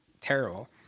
terrible